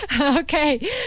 Okay